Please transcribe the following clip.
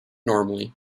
normally